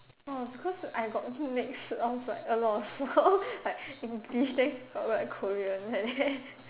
oh because I got mixed off like a lot of like English then got like Korean like that